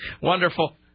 Wonderful